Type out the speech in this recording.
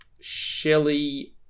Shelley